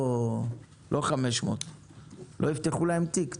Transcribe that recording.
לא 500. לא יפתחו להם תיק,